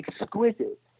Exquisite